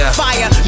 fire